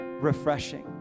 refreshing